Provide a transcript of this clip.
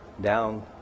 down